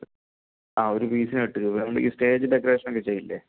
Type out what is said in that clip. ആ ഒരു പീസിന് എട്ട് രൂപ വച്ചിട്ട് നമ്മൾ ഈ സ്റ്റേജ് ഡെക്കറേഷൻ ഒക്കെ ചെയ്യില്ലെ